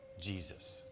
Jesus